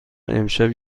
امشب